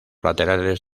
laterales